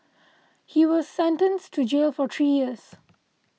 he was sentenced to jail for three years